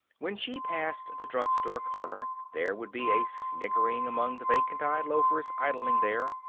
when she passed the drug-store corner there would be a sniggering among the vacant-eyed loafers idling there,